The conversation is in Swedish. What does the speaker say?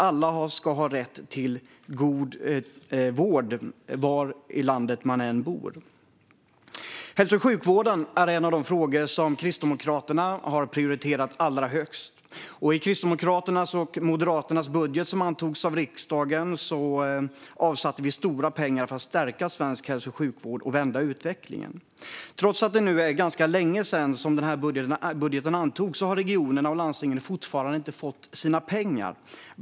Alla ska ha rätt till god vård, var i landet man än bor. Hälso och sjukvården är en av de frågor som Kristdemokraterna har prioriterat allra högst. I Kristdemokraternas och Moderaternas budget, som antogs av riksdagen, avsatte vi stora pengar för att stärka svensk hälso och sjukvård och vända utvecklingen. Trots att det nu är ganska länge sedan som den här budgeten antogs har regionerna och landstingen fortfarande inte fått sina pengar.